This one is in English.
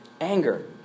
anger